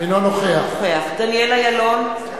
אינו נוכח דניאל אילון,